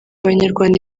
abanyarwanda